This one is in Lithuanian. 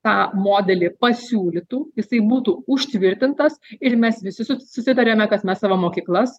tą modelį pasiūlytų jisai būtų užtvirtintas ir mes visi su susitariame kad mes savo mokyklas